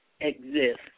exist